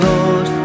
Lord